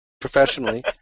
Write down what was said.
Professionally